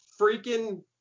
freaking